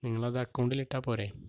നിങ്ങളത് അക്കൗണ്ടിൽ ഇട്ടാൽ പോരേ